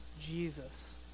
Jesus